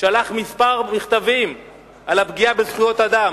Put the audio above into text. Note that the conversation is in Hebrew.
שלח כמה מכתבים על הפגיעה בזכויות אדם.